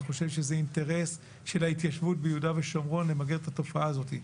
אני חושב שזה אינטרס של ההתיישבות ביהודה ושומרון למגר את התופעה הזאת.